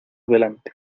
delante